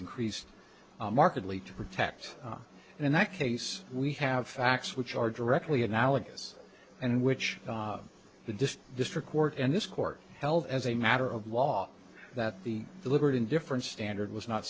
increased markedly to protect and in that case we have facts which are directly analogous and which the disk district court and this court held as a matter of law that the deliberate indifference standard was not